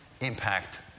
impact